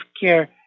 care